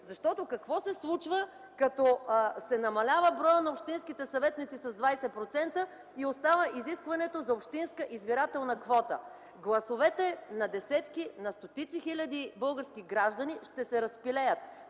Какво се случва като се намалява броят на общинските съветници с 20% и остава изискването за общинска избирателна квота? Гласовете на десетки, на стотици хиляди български граждани ще се разпилеят,